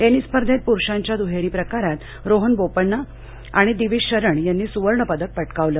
tennis स्पर्धेत पुरुषांच्या दुहेरी प्रकारांत रोहन बोपन्ना आणि दिविज शरण यांनी सूवर्ण पदक पटकावलं